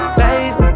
babe